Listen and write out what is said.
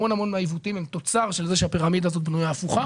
המון המון מהעיוותים הם תוצר של זה שהפירמידה הזאת בנויה הפוכה